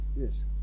Yes